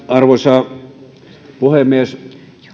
arvoisa puhemies